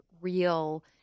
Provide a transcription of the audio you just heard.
real